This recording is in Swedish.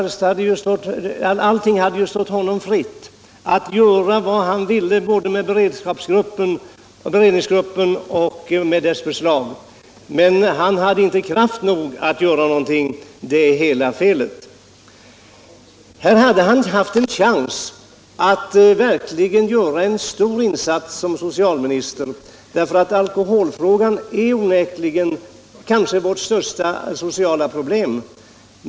Det hade ju stått honom fritt att göra vad han ville både med beredningsgruppen och med dess förslag, men han hade inte kraft nog att göra någonting. Det är hela felet. Här hade Rune Gustavsson haft en chans att göra en stor insats som socialminister, för alkoholfrågan är onekligen vårt kanske största sociala problem.